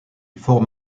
forme